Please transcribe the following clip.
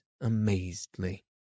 amazedly